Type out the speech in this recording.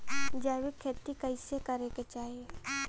जैविक खेती कइसे करे के चाही?